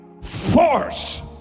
force